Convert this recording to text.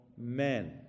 men